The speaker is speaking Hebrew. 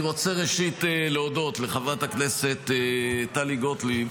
אני רוצה ראשית להודות לחברת הכנסת טלי גוטליב